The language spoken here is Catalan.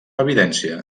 evidència